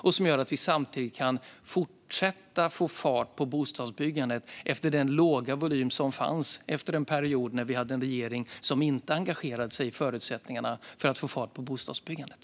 Det gör samtidigt att vi kan fortsätta få fart på bostadsbyggandet efter den låga volym vi hade efter en period med en regering som inte engagerade sig i förutsättningarna för att få fart på bostadsbyggandet.